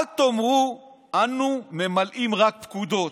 אל תאמרו: אנו ממלאים רק פקודות,